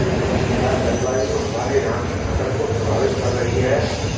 क्या जलवायु हमारे यहाँ की फसल को प्रभावित कर रही है?